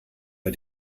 bei